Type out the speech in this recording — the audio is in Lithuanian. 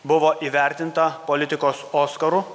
buvo įvertinta politikos oskaru